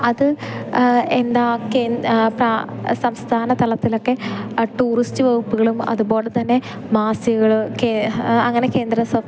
അത് എന്താ കേന്ദ പ്ര സംസ്ഥാന തലത്തിലൊക്കെ ടൂറിസ്റ്റ് വകപ്പുകളും അതു പോലെ തന്നെ മാസികകൾ കേ അങ്ങനെ കേന്ദ്ര സ